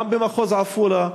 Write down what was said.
גם במחוז עפולה,